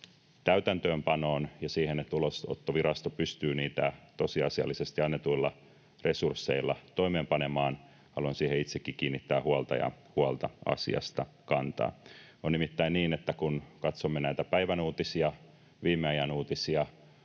täytäntöönpanoon ja siihen, että Ulosottovirasto pystyy niitä tosiasiallisesti annetuilla resursseilla toimeenpanemaan, haluan itsekin kiinnittää huomiota ja huolta asiasta kantaa. On nimittäin niin, että kun katsomme näitä päivän uutisia, viime ajan uutisia,